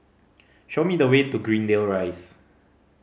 show me the way to Greendale Rise